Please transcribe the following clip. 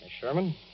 Sherman